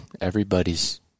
everybody's